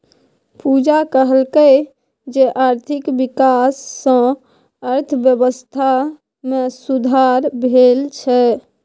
पूजा कहलकै जे आर्थिक बिकास सँ अर्थबेबस्था मे सुधार भेल छै